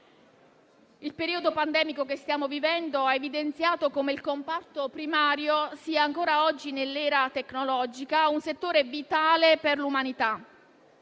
Il periodo pandemico che stiamo vivendo ha evidenziato come il comparto primario sia ancora oggi, nell'era tecnologica, un settore vitale per l'umanità,